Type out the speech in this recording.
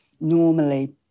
normally